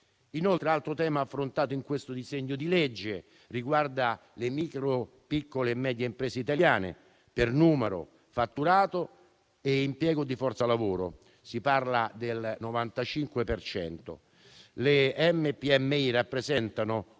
Un altro tema affrontato nel disegno di legge riguarda le micro, piccole e medie imprese italiane per numero, fatturato e impiego di forza lavoro. Si parla del 95 per cento. Le MPMI rappresentano